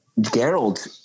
Gerald